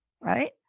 right